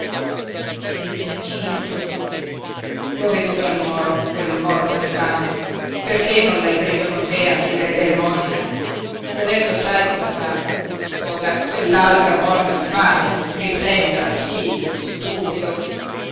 e giacinto l'ho veduto a nuoro quel morto di fame perché non l'hai preso con te a chiedere l'elemosina e adesso sai cosa fa sposa quell'altra morta di fame grixenda sí stupido